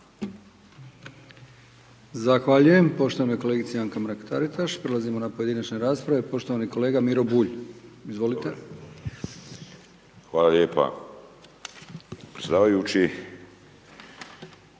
Zahvaljujem poštovanoj kolegici Anka Mrak Taritaš. Prelazimo na pojedinačne rasprave, poštovani kolega Miro Bulj, izvolite. **Bulj, Miro